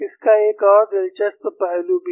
इसका एक और दिलचस्प पहलू भी है